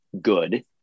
good